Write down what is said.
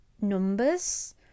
numbers